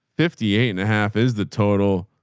fifty eight and a half is the total.